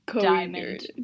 diamond